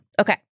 Okay